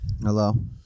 Hello